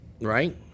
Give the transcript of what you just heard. Right